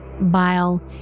bile